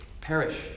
perish